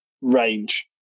range